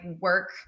work